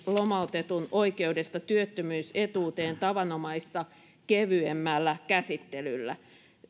lomautetun oikeudesta työttömyysetuuteen tavanomaista kevyemmällä käsittelyllä